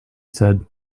said